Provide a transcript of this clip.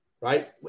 right